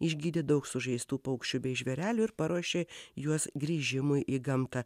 išgydė daug sužeistų paukščių bei žvėrelių ir paruošė juos grįžimui į gamtą